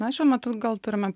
na šiuo metu gal turime